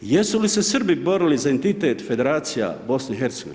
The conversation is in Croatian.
Jesu li se Srbi borili za identitet federacija BIH?